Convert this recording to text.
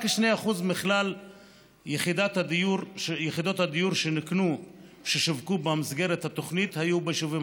רק כ-2% מכלל יחידות הדיור ששווקו במסגרת התוכנית היו ביישובים